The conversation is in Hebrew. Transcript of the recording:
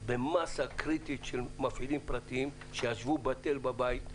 במסה קריטית של מפעילים פרטיים שישבו בטל בבית?